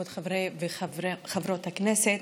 כבוד חברי וחברות הכנסת,